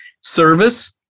service